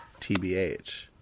tbh